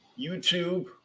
YouTube